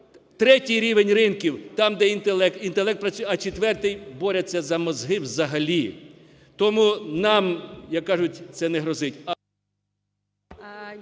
третій рівень ринків – там, де інтелект, інтелект працює, а четвертий – борються за мізки взагалі. Тому нам, як кажуть, це не грозить,